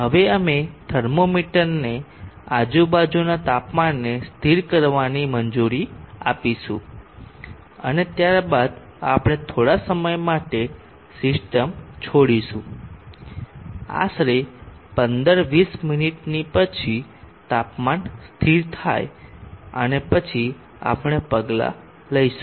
હવે અમે થર્મોમીટરને આજુબાજુના તાપમાનને સ્થિર કરવાની મંજૂરી આપીશું અને ત્યારબાદ આપણે થોડા સમય માટે સિસ્ટમ છોડીશું આશરે 15 20 મિનિટની પછી તાપમાન સ્થિર થાય અને પછી આપણે પગલાં લઈશું